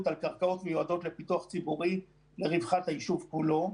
על קרקעות המיועדות לפיתוח ציבורי לרווחת היישוב כולו,